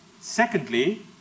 Secondly